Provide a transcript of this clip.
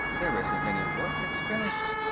there isn't any work. it's finished.